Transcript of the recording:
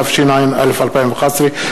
התשע"א 2011,